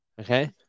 Okay